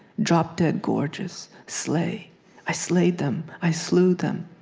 drop dead gorgeous. slay i slayed them. i slew them.